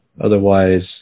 Otherwise